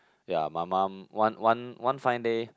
yea my mom one one one fine day